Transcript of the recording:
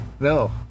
No